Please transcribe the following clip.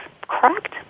correct